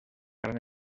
gran